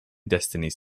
destinies